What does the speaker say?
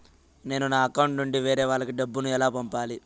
నేను నా అకౌంట్ నుండి వేరే వాళ్ళకి డబ్బును ఎలా పంపాలి?